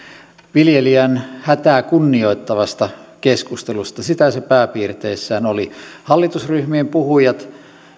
viljelijän hätää kunnioittavasta keskustelusta sitä se pääpiirteissään oli hallitusryhmien puhujat